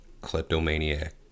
kleptomaniac